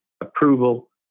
approval